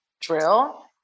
drill